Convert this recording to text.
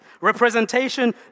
Representation